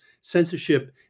censorship